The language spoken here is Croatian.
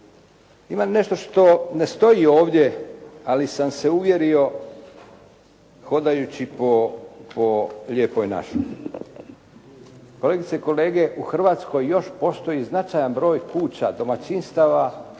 Imam nešto što ne stoji ovdje, ali sam se uvjerio hodajući po Lijepoj našoj. Kolegice i kolege, u Hrvatskoj još postoji značajan broj kuća, domaćinstava,